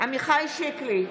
עמיחי שיקלי,